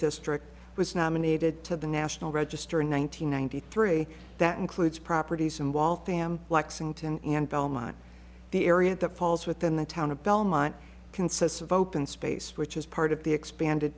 district was nominated to the national register in one nine hundred ninety three that includes properties in wall fam lexington and belmont the area that falls within the town of belmont consists of open space which is part of the expanded